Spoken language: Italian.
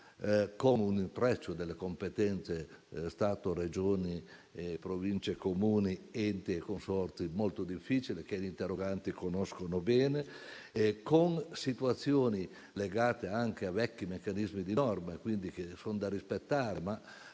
con un intreccio delle competenze tra Stato, Regioni, Province, Comuni, enti e consorzi molto difficile, che gli interroganti conoscono bene; con situazioni legate anche a vecchi meccanismi di norma - sono da rispettare,